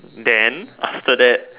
then after that